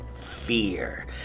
fear